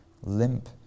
limp